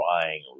trying